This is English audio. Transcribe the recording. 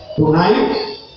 tonight